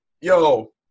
yo